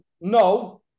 No